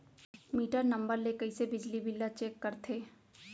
Metre number ले कइसे बिजली बिल ल चेक करथे?